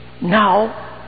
Now